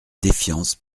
défiance